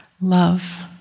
love